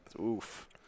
Oof